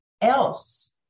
else